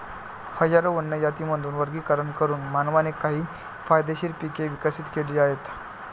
हजारो वन्य जातींमधून वर्गीकरण करून मानवाने काही फायदेशीर पिके विकसित केली आहेत